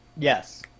Yes